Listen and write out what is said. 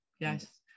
Yes